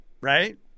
right